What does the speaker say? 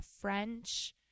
French